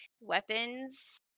weapons